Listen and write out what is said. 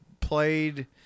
played